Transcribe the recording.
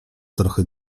trochę